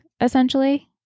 essentially